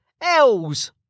L's